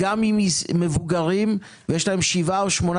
גם אם הם מבוגרים ויש להם שבעה או שמונה